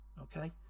okay